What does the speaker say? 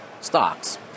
stocks